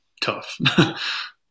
tough